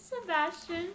Sebastian